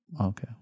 Okay